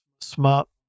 smart